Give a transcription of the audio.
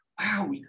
Wow